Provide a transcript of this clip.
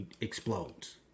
explodes